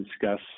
discuss